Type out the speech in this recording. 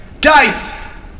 Guys